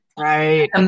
Right